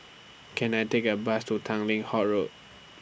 Can I Take A Bus to Tanglin Halt Road